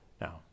Now